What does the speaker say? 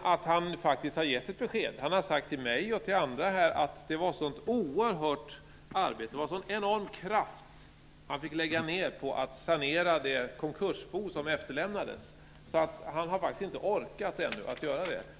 han har faktiskt givit ett besked. Han har sagt till mig och till andra här att det var ett sådant oerhört arbete och han fick lägga ned en sådan enorm kraft på att sanera det konkursbo som efterlämnades av den borgerliga regeringen att han faktiskt inte ännu har orkat göra det.